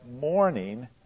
morning